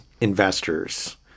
investors